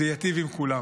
זה ייטיב עם כולם.